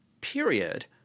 period